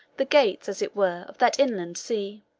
the gates, as it were, of that inland sea.